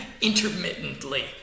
Intermittently